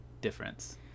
difference